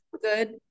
good